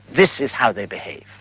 this is how they behave.